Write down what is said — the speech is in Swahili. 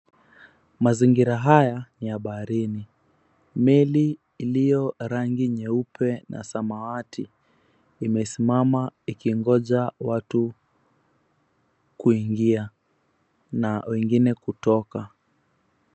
Mazingira haya ni ya baharini, meli ilio rangi nyeupe na samawati imesimama ikingoja watu kuingia na wengine kutoka.